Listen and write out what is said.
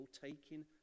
taking